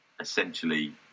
Essentially